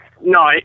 No